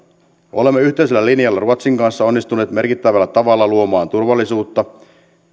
olemme yhteisellä linjalla ruotsin kanssa onnistuneet merkittävällä tavalla luomaan turvallisuutta